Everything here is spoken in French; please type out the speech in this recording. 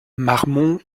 marmont